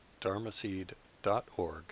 dharmaseed.org